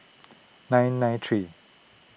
nine nine three